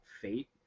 Fate